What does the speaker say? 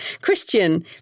Christian